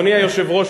אדוני היושב-ראש,